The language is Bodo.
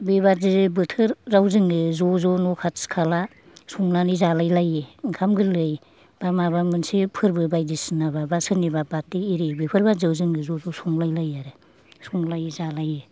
बेबायदि बोथो राव जोङो ज' ज' न' खाथि खाला संनानै जालाय लायो ओंखाम गोरलै बा माबा मोनसे फोरबो बायदि सिनाबा बा सोरनिबा बार्थदे एरि बेफोर बायदि आव जों ज'ज' संलायो लायो संलायो जालायो